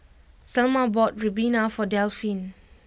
Selma bought Ribena for Delphine